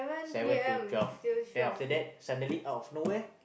seven to twelve then after that suddenly out of nowhere